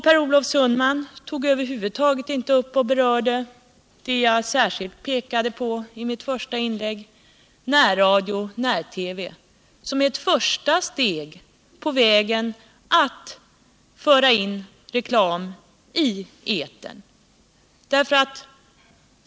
Per Olof Sundman tar över huvud taget inte upp det jag särskilt pekade på i mitt första inlägg, nämligen närradio och när-TV som ett första steg på vägen mot att föra in reklam i etern.